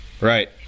Right